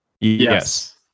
Yes